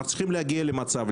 אנו צריכים להגיע למצב,